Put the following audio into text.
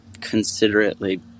considerately